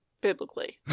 biblically